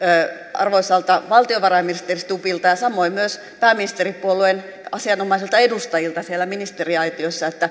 arvoisalta valtiovarainministeri stubbilta ja samoin myös pääministeripuolueen asianomaisilta edustajilta siellä ministeriaitiossa